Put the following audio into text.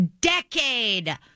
decade